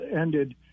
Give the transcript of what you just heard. ended